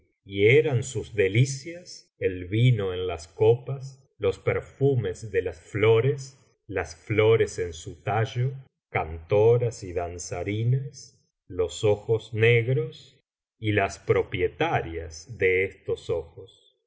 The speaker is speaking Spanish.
y eran sus delicias el vino en las copas los perfumes de las flores las flores en su tallo cantoras y danzarinas los ojos negros y las propietarias de estos ojos